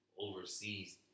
overseas